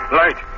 light